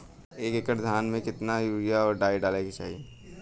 एक एकड़ धान में कितना यूरिया और डाई डाले के चाही?